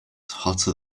hotter